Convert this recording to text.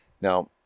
Now